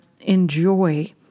enjoy